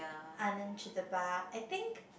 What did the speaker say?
I think